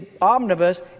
omnibus